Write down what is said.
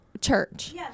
church